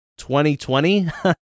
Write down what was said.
2020